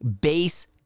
base